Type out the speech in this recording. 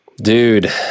Dude